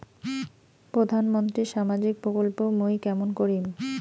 প্রধান মন্ত্রীর সামাজিক প্রকল্প মুই কেমন করিম?